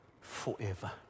forever